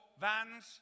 vans